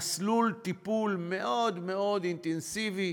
במסלול טיפול מאוד מאוד אינטנסיבי.